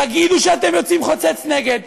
תגידו שאתם יוצאים חוצץ נגד,